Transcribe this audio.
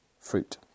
fruit